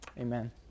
amen